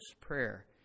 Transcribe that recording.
Prayer